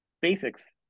basics